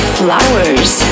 flowers